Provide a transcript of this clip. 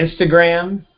Instagram